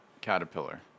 caterpillar